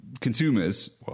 consumers